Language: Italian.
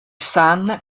sun